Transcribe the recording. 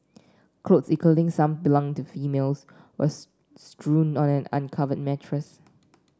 clothes including some belong to females were strewn on an uncovered mattress